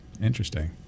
Interesting